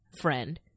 friend